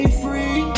free